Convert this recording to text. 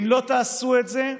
אם לא תעשו את זה,